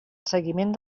seguiment